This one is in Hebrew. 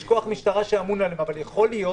יש כוח משטרה שאמון עליהם, אבל יכול להיות